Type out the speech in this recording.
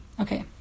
Okay